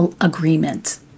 agreement